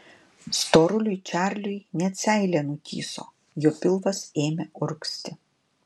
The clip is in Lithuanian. storuliui čarliui net seilė nutįso jo pilvas ėmė urgzti